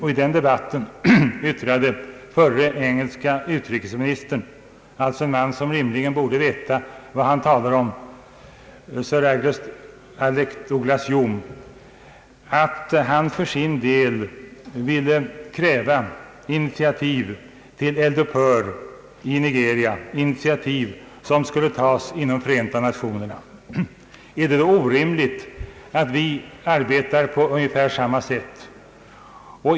I den debatten yttrade förre engelske utrikesministern sir Alec Douglas-Home — alltså en man som rimligen borde veta vad han talar om — att han för sin del ville kräva initiativ till eld upphör i Nigeria, initiativ som skulle tagas inom Förenta Nationerna. Är det då orimligt att vi arbetar på ungefär samma sätt?